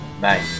Bye